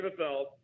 NFL